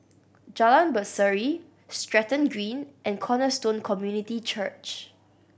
Jalan Berseri Stratton Green and Cornerstone Community Church